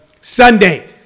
Sunday